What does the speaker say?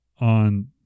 on